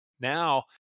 Now